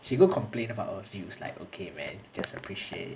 she go complain about our views like okay man just appreciate